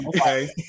Okay